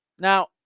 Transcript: Now